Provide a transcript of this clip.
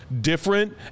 different